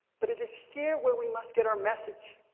but it is here where we must get our message.